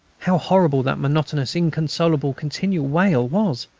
how horrible that monotonous, inconsolable, continual wail was!